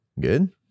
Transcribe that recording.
Good